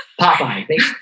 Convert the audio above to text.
Popeye